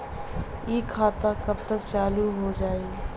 इ खाता कब तक चालू हो जाई?